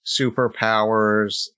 superpowers